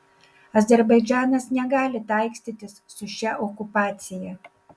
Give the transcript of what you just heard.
azerbaidžanas negali taikstytis su šia okupacija